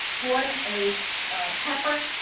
quarter a pepper,